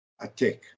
attack